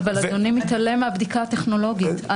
אדוני מתעלם מהבדיקה הטכנולוגית.